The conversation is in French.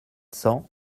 cents